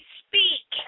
speak